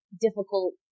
difficult